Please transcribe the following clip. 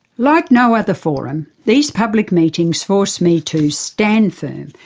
like no other forum, these public meetings forced me to stand firm,